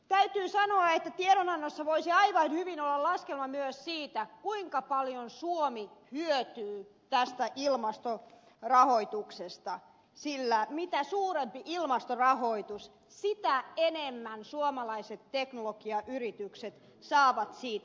täytyy sanoa että tiedonannossa voisi aivan hyvin olla laskelma myös siitä kuinka paljon suomi hyötyy tästä ilmastorahoituksesta sillä mitä suurempi ilmastorahoitus sitä enemmän suomalaiset teknologiayritykset saavat siitä hyötyä